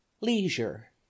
Leisure